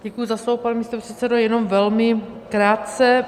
Děkuji za slovo, pane místopředsedo, jenom velmi krátce.